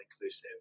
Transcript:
inclusive